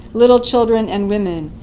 little children and women,